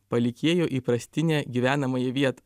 palikėjo įprastinę gyvenamąją vietą